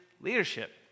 leadership